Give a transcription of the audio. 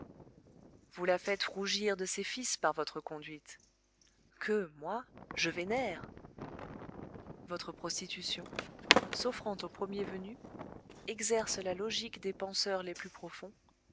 vous la faites rougir de ses fils par votre conduite que moi je vénère votre prostitution s'offrant au premier venu exerce la logique des penseurs les plus profonds